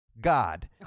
God